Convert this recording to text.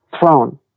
thrown